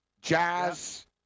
jazz